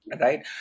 right